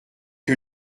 que